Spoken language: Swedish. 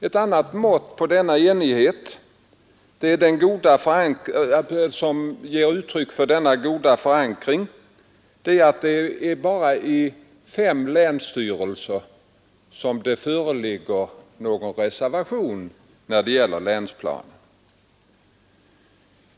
Ett annat uttryck på denna goda förankring är att det bara i fem länsstyrelser föreligger några reservationer mot länsplanen.